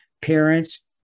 Parents